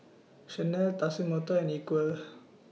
Chanel Tatsumoto and Equal